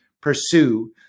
pursue